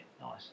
Nice